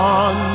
on